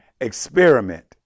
experiment